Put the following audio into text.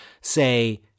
say